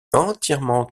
entièrement